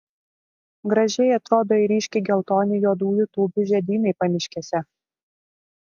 gražiai atrodo ir ryškiai geltoni juodųjų tūbių žiedynai pamiškėse